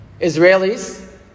Israelis